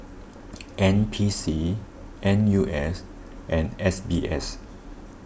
N P C N U S and S B S